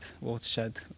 Watershed